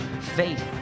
faith